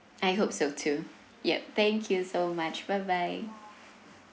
I hope so too yup thank you so much bye bye